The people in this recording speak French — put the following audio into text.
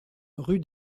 rue